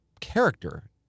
character